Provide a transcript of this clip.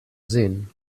sehen